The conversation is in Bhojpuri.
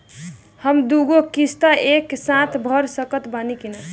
हम दु गो किश्त एके साथ भर सकत बानी की ना?